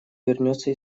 вернется